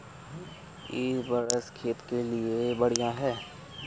इ वर्षा खेत के लिए बढ़िया है?